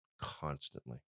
constantly